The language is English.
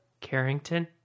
Carrington